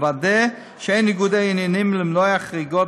לוודא שאין ניגודי עניינים ולמנוע חריגות